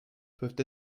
peuvent